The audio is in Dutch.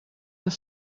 een